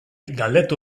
galdetu